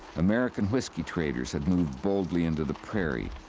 american whiskey traders had moved boldly into the prairie.